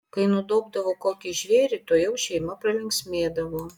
kai nudobdavo kokį žvėrį tuojau šeima pralinksmėdavo